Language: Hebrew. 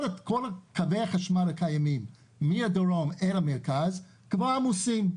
קווי החשמל קיימים מהדרום אל המרכז כבר עמוסים.